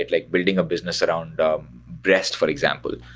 like building a business around rest, for example.